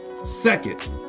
Second